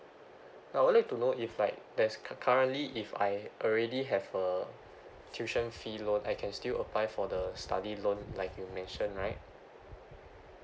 I would like to know if like there's cu~ currently if I already have a tuition fee loan I can still apply for the study loan like you mention right